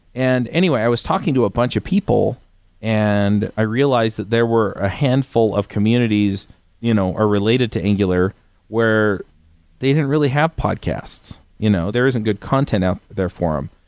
and anyway, i was talking to a bunch of people and i realized that there were a handful of communities you know are related to angular where they didn't really have podcasts. you know there isn't a good content out there for them.